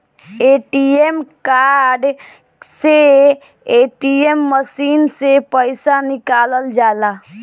ATM card से ATM machine से पईसा निकालल जाला